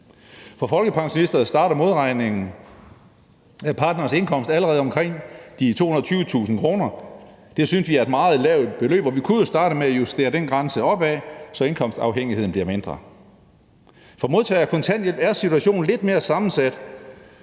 For folkepensionister starter modregningen i forhold til partnerens indkomst allerede omkring de 220.000 kr. Det synes vi er et meget lavt beløb, og vi kunne jo starte med at justere den grænse opad, så indkomstafhængigheden bliver mindre. For modtagere af kontanthjælp er situationen lidt mere sammensat.